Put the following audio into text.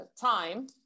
time